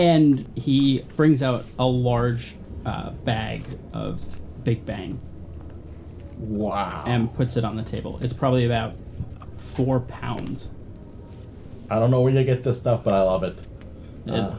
and he brings out a large bag big bang wow i am puts it on the table it's probably about four pounds i don't know where they get this stuff but i love it